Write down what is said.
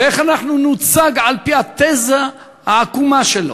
ואיך אנחנו נוצג על-פי התזה העקומה שלו,